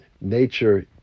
Nature